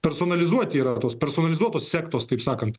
personalizuoti yra tos personalizuotos sektos taip sakant